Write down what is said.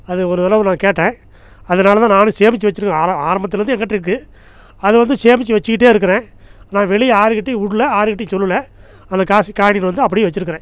அது ஒரு தடவை நான் கேட்டேன் அதனால் தான் நானும் சேமித்து வச்சுருக்கேன் ஆரம்பத்துலேருந்து எங்கிட்டேருக்கு அதை வந்து சேமித்து வச்சுக்கிட்டே இருக்கிறேன் நான் வெளியே யாருகிட்டேயும் விட்ல யாருகிட்டேயும் சொல்லல அது காசு காயினு வந்து அப்படியே வச்சிருக்கிறேன்